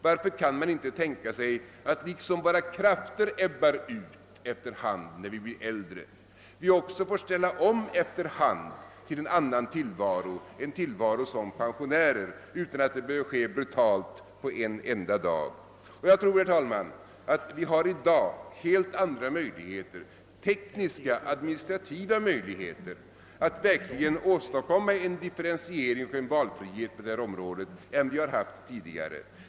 Varför kan man inte tänka sig att liksom våra krafter ebbar ut efter hand när vi blir äldre, vi också får ställa om efter hand till en annan tillvaro, en tillvaro som pensionärer, utan att det behöver ske brutalt på en enda dag? Jag tror att vi i dag har helt andra möjligheter, tekniska och administrativa, att åstadkomma en differentiering och en valfrihet på detta område än vad vi har haft tidigare.